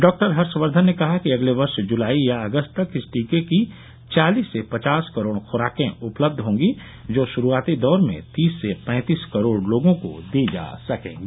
doctor Harshvardhan ने कहा कि अगले वर्ष जुलाई या अगस्त तक इस टीके की चालिस से पचास करोड़ ख्राकें उपलब्ध होंगी जो श्रूआती दौर में तीस से पैंतीस करोड लोगों को दी जा सकेंगी